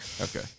okay